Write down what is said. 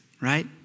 right